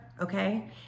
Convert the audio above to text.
okay